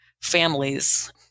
families